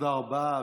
תודה רבה.